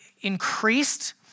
increased